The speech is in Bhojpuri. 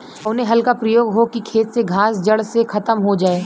कवने हल क प्रयोग हो कि खेत से घास जड़ से खतम हो जाए?